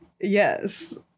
Yes